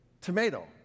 tomato